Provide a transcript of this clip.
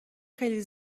خیلی